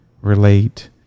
relate